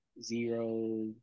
zero